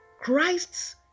Christ's